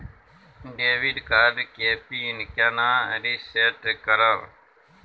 Debit card के PIN केना reset करब?